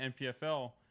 NPFL